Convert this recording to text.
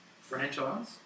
franchise